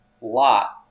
lot